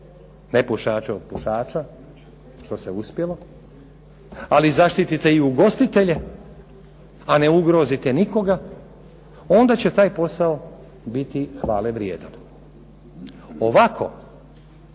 nepušače od pušača, što se uspjelo, ali zaštitite i ugostitelje, a ne ugrozite nikoga, onda će taj posao biti hvalevrijedan. Ovako